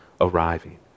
arriving